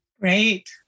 Great